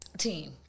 team